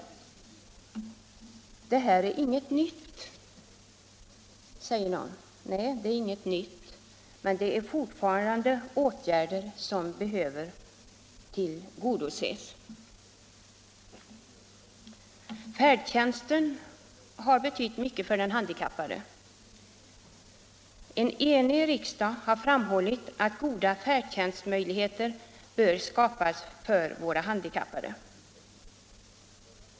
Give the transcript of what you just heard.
Det här är inget nytt, säger någon. Nej, det är inget nytt, men det är fortfarande åtgärder som behöver tillgodoses. Färdtjänsten har betytt mycket för de handikappade. En enig riksdag har framhållit att goda färdtjänstmöjligheter bör skapas för våra handikappade.